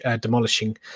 demolishing